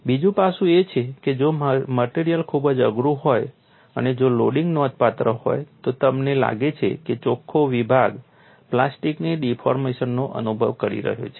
બીજું પાસું એ છે કે જો મટેરીઅલ ખૂબ જ અઘરુ હોય અને જો લોડિંગ નોંધપાત્ર હોય તો તમને લાગે છે કે ચોખ્ખો વિભાગ પ્લાસ્ટિકની ડિફોર્મેશનનો અનુભવ કરી રહ્યો છે